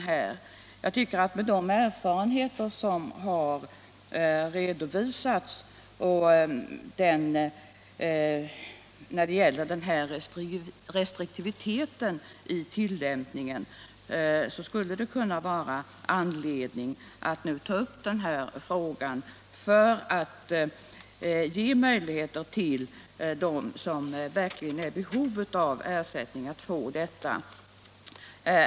Med tanke på de erfarenheter av restriktivitet i tillämpningen som har redovisats skulle det kunna vara anledning att nu ta upp frågan för att ge dem som verkligen är i behov av ersättning möjlighet att få sådan.